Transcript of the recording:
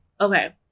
Okay